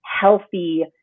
healthy